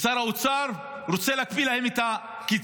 שר האוצר רוצה להקפיא להם את הקצבה.